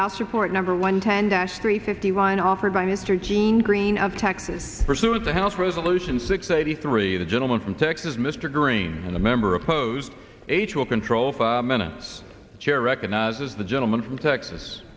house report number one ten dash three fifty line offered by mr gene green of texas pursued the house resolution six eighty three the gentleman from texas mr green and a member opposed h will control five minutes and chair recognizes the gentleman from texas